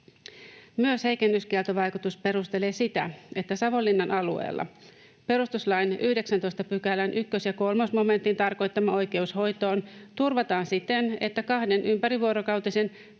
Myös heikennyskieltovaikutus perustelee sitä, että Savonlinnan alueella perustuslain 19 §:n 1 ja 3 momentin tarkoittama oikeus hoitoon turvataan siten, että kahden ympärivuorokautisen